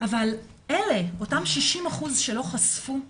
אבל אלה, אותם 60% שלא חשפו ,